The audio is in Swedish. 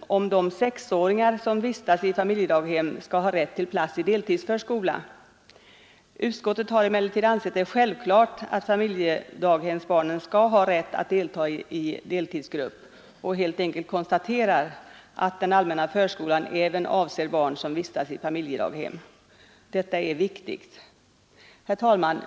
om de sexåringar som vistas i familjedaghem skall ha rätt till plats i deltidsförskola. Utskottet har emellertid ansett det självklart att familjedaghemsbarnen skall ha rätt att delta i deltidsgrupp och helt enkelt konstaterat att den allmänna förskolan även avser barn som vistas i familjedaghem. Detta är viktigt. Herr talman!